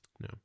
No